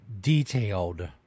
detailed